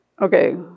Okay